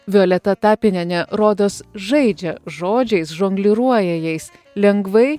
violeta tapinienė rodos žaidžia žodžiais žongliruoja jais lengvai